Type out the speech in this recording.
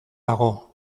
dago